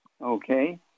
okay